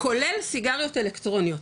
כולל סיגריות אלקטרוניות,